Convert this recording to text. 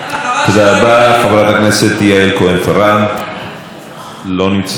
מוותר, חברת הכנסת ענת ברקו, לא נמצאת.